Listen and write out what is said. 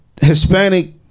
Hispanic